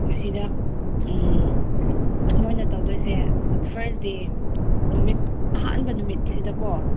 ꯃꯁꯤꯗ ꯃꯣꯏꯅ ꯇꯧꯗꯣꯏꯁꯦ ꯐꯔꯁ ꯗꯦ ꯅꯨꯃꯤꯠ ꯑꯍꯥꯟꯕ ꯅꯨꯃꯤꯠꯁꯤꯗꯀꯣ